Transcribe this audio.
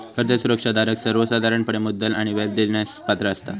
कर्ज सुरक्षा धारक सर्वोसाधारणपणे मुद्दल आणि व्याज देण्यास पात्र असता